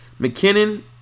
McKinnon